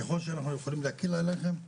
ככל שאנחנו יכולים להקל עליכם,